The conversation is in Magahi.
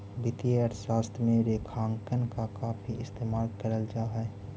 वित्तीय अर्थशास्त्र में रेखांकन का काफी इस्तेमाल करल जा हई